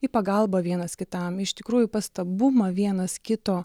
į pagalbą vienas kitam iš tikrųjų pastabumą vienas kito